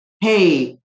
hey